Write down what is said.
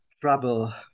trouble